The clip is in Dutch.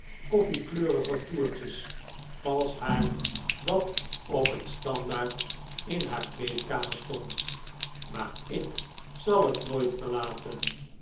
koffie kleurige toertjes valsch haar dat op een standaard in haar kleedkamer stond maar ik zal het nooit verlaten